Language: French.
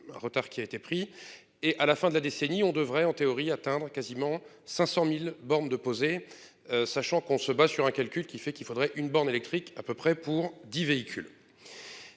Retard qui a été pris et à la fin de la décennie, on devrait en théorie atteindre quasiment 500.000 bornes de poser. Sachant qu'on se bat sur un calcul qui fait qu'il faudrait une borne électrique à peu près pour 10 véhicules.